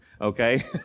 okay